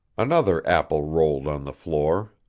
another apple rolled on the floor.